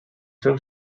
seus